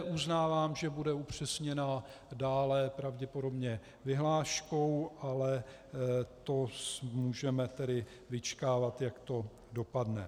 Uznávám, že bude upřesněna dále pravděpodobně vyhláškou, ale to můžeme vyčkávat, jak to dopadne.